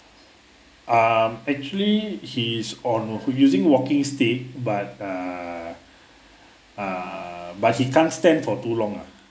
um actually he's on who using walking stick but uh uh but he can't stand for too long ah